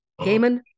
Gaiman